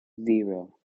zero